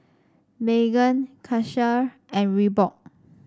Megan Karcher and Reebok